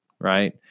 right